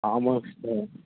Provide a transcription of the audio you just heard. ஆமாம் சிஸ்டர்